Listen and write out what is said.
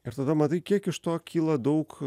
ir tada matai kiek iš to kyla daug